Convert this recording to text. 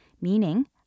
meaning